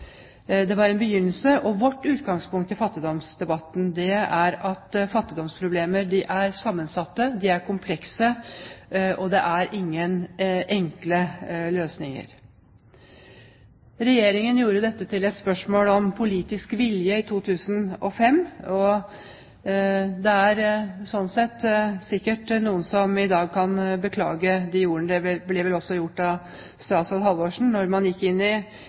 Det var en begynnelse. Vårt utgangspunkt i fattigdomsdebatten er at fattigdomsproblemer er sammensatte, de er komplekse, og det er ingen enkle løsninger. Regjeringen gjorde dette til et spørsmål om politisk vilje i 2005. Det er slik sett sikkert noen som i dag kan beklage de ordene. Det ble vel også gjort av statsråd Halvorsen